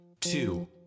two